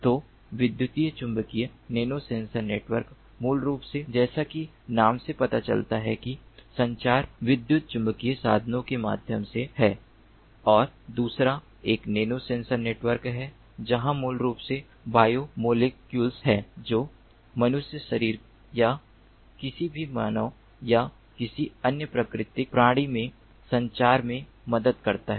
तो विद्युत चुम्बकीय नैनोोसेंसर नेटवर्क मूल रूप से जैसा कि नाम से पता चलता है कि संचार विद्युत चुम्बकीय साधनों के माध्यम से है और दूसरा एक नैनोसेंसर नेटवर्क है जहां मूल रूप से यह बायोमोलेक्यूलस है जो मानव शरीर या किसी भी मानव या किसी अन्य प्राकृतिक प्राणी में संचार में मदद करता है